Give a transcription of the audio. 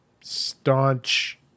staunch